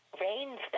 rains